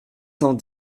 cent